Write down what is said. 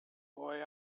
boy